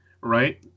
right